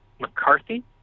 McCarthy